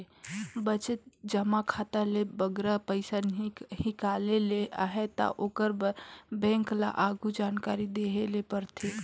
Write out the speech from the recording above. बचत जमा खाता ले बगरा पइसा हिंकाले ले अहे ता ओकर बर बेंक ल आघु जानकारी देहे ले परथे